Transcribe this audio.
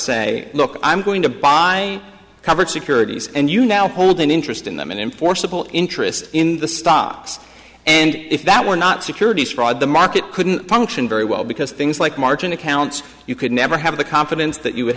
say look i'm going to buy coverage securities and you now hold an interest in them and enforceable interest in the stocks and if that were not securities fraud the market couldn't function very well because things like margin accounts you could never have the confidence that you